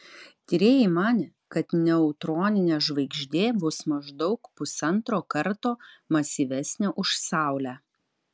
tyrėjai manė kad neutroninė žvaigždė bus maždaug pusantro karto masyvesnė už saulę